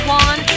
one